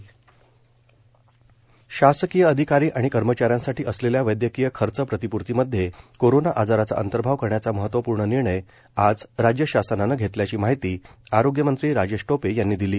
वैदयकीय खर्च प्रतिपूर्ती शासकीय अधिकारी आणि कर्मचाऱ्यांसाठी असलेल्या वैदयकीय खर्च प्रतिपूर्तीमध्ये कोरोना आजाराचा अंतर्भाव करण्याचा महत्वपूर्ण निर्णय आज राज्य शासनानं घेतल्याची माहिती आरोग्यमंत्री राजेश टोपे यांनी दिली